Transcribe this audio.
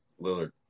Lillard